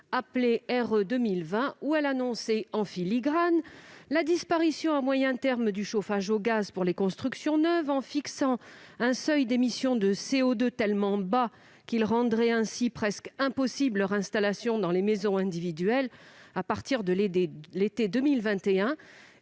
laquelle elle indiquait en filigrane la disparition à moyen terme du chauffage au gaz pour les constructions neuves en fixant un seuil d'émissions de CO2 tellement bas qu'il rendrait presque impossible son installation dans les maisons individuelles à partir de l'été 2021